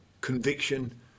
conviction